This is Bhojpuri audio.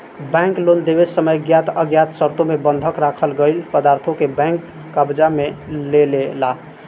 बैंक लोन देवे समय ज्ञात अज्ञात शर्तों मे बंधक राखल गईल पदार्थों के बैंक कब्जा में लेलेला